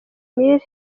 mill